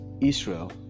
israel